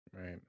Right